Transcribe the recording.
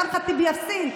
אימאן ח'טיב יאסין,